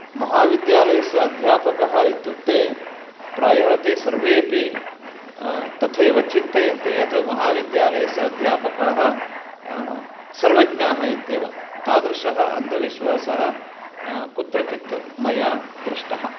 महाविद्यालयस्य अध्यापकः इत्युक्ते प्रायः ते सर्वेपि तथैव चिन्तयन्ति यत् महाविद्यालयस्य अध्यापकाः सर्वज्ञाः इत्येव तादृशः अन्धविश्वासः कुत्रचित् मया दृष्टः